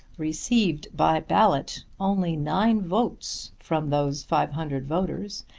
received by ballot only nine votes from those five hundred voters,